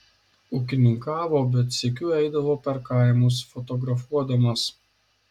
ūkininkavo bet sykiu eidavo per kaimus fotografuodamas